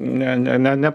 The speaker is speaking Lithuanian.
nepadeda kartais